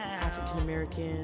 African-American